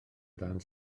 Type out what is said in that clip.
dan